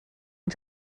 and